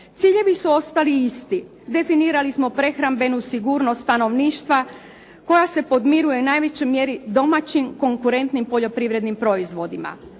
Ciljevi su ostali isti. Definirali smo prehrambenu sigurnost stanovništva koja se podmiruje u najvećoj mjeri domaćim konkurentnim poljoprivrednim proizvodima.